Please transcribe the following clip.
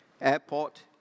airport